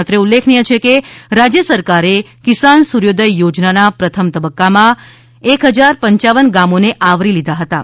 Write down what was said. અત્રે ઉલ્લેખનીય છે કે રાજ્ય સરકારે કિસાન સૂર્યોદય યોજનાનાં પ્રથમ તબક્કામાં એક હજાર પંચાવન ગામોને આવરી લીધા હતાં